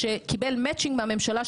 שקיבל matching מהממשלה,